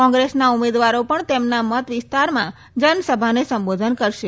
કોંગ્રેસના ઉમેદવારો પણ તેમના મત વિસ્તારમાં જનસભાને સંબોધન કરશે